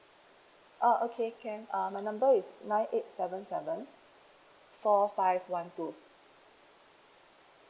oh okay can uh my number is nine eight seven seven four five one two